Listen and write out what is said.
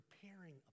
preparing